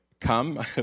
come